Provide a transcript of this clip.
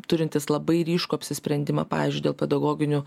turintis labai ryškų apsisprendimą pavyzdžiui dėl pedagoginių